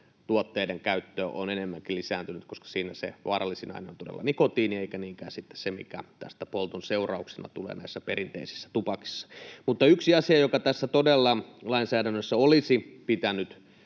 tuotteiden käyttö on lisääntynyt, koska siinä se vaarallisin aine on todella nikotiini eikä niinkään se, mikä polton seurauksena tulee näissä perinteisissä tupakoissa. Yksi asia, joka tässä lainsäädännössä todella olisi pitänyt